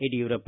Yediyurappa